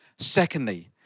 Secondly